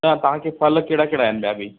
न तव्हांखे फल कहिड़ा कहिड़ा आहिनि ॿिया बि